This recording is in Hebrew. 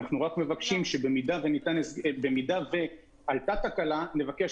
אנחנו רק מבקשים שאם עלתה תקלה נבקש